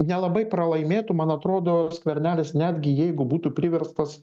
nelabai pralaimėtų man atrodo skvernelis netgi jeigu būtų priverstas